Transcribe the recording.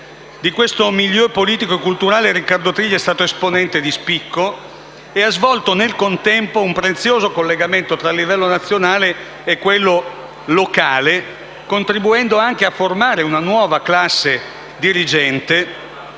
Di questo *milieu* politico e culturale Riccardo Triglia è stato esponente di spicco, svolgendo nel contempo un prezioso collegamento tra il livello nazionale e quello locale, contribuendo a formare una nuova classe dirigente,